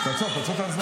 תעצור, תעצור את הזמן.